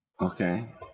Okay